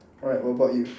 alright what about you